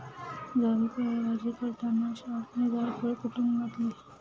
भाजी करताना श्यामने जायफळ कुटुन घातले